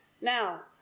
Now